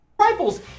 RIFLES